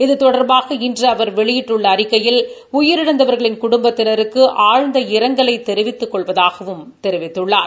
இது தொடா்பாக இன்று அவா் வெளியிட்டுள்ள அறிக்கையில் உயிரிழந்தவா்களின் குடும்பத்தினருக்கு ஆழ்ந்த இரங்கல் தெரிவித்துக் கொள்வதாகவும் தெரிவித்துள்ளார்